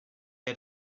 had